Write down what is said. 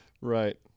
Right